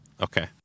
Okay